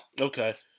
okay